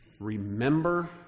Remember